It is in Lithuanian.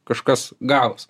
kažkas gavosi